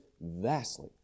vastly